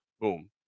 Boom